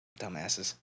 Dumbasses